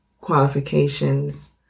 qualifications